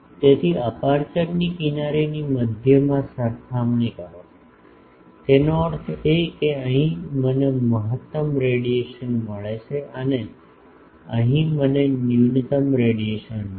તેથી અપેર્ચરની કિનારીની મધ્યમાં સરખામણી કરો તેનો અર્થ એ કે અહીં મને મહત્તમ રેડિયેશન મળે છે અને અહીં મને ન્યૂનતમ રેડિયેશન મળે છે